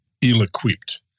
ill-equipped